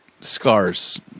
scars